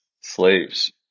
slaves